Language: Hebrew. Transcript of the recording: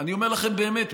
אני אומר לכם באמת,